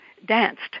danced